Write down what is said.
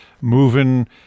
moving